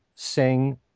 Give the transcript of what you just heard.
sing